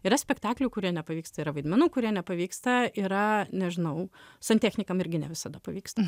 yra spektaklių kurie nepavyksta yra vaidmenų kurie nepavyksta yra nežinau santechnikam irgi ne visada pavyksta